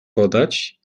podać